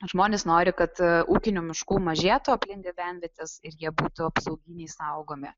žmonės nori kad ūkinių miškų mažėtų aplink gyvenvietes ir jie būtų apsauginiai saugomi